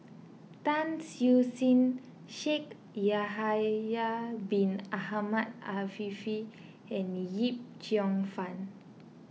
Tan Siew Sin Shaikh Yahya Bin Ahmed Afifi and Yip Cheong Fun